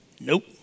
Nope